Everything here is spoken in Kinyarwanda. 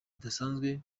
zidasanzwe